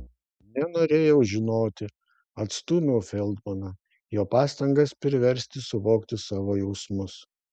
nenorėjau žinoti atstūmiau feldmaną jo pastangas priversti suvokti savo jausmus